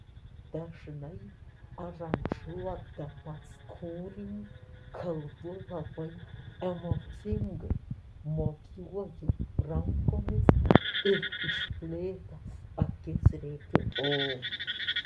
dažnai aranžuodamas kūrinį kalbu labai emocingai mojuoju rankomis ir išplėtęs akis rėkiu o